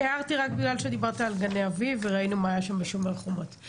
הערתי רק בגלל שדיברת על גני אביב וראינו מה היה שם בשומר חומות.